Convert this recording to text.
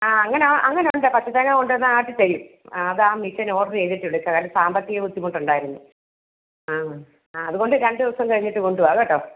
ആ അങ്ങനെ ആ അങ്ങനെ ഉണ്ട് പച്ച തേങ്ങ കൊണ്ടു വന്നാൽ ആട്ടിത്തരും ആ അത് ആ മിഷ്യൻ ഓർഡർ ചെയ്തിട്ട് വിളിച്ചത് കാര്യം സാമ്പത്തിക ബുദ്ധിമുട്ടുണ്ടായിരുന്നു ആ ആ അത്കൊണ്ട് രണ്ട് ദിവസം കഴിഞ്ഞിട്ട് കൊണ്ടു വാ കേട്ടോ